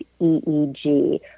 EEG